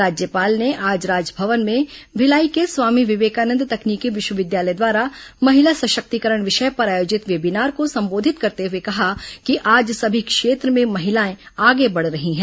राज्यपाल ने आज राजभवन में भिलाई के स्वामी विवेकानंद तकनीकी विष्वविद्यालय द्वारा महिला सषक्तिकरण विषय पर आयोजित वेबिनार को संबाधित करते हुए कहा कि आज सभी क्षेत्र में महिलाएं आगे बढ़ रही हैं